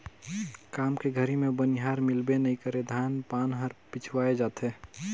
काम के घरी मे बनिहार मिलबे नइ करे धान पान हर पिछवाय जाथे